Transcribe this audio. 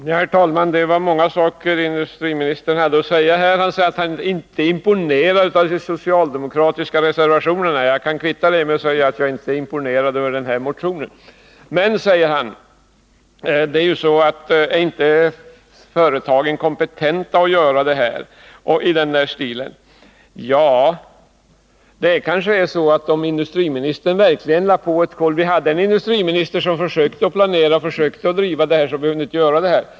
Herr talman! Det var många saker som industriministern här hade att säga. När industriministern säger att han inte är imponerad av de socialdemokratiska reservationerna, kan jag kvitta med att säga att jag inte är imponerad av denna proposition. Men när han sedan säger att om företagen inte är kompetenta att göra det och det, så vill jag svara att det kanske är så att om vi hade en industriminister som försökte att planera och försökte att driva frågan, så behövde vi inte göra det.